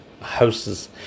Houses